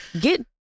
get